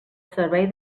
servei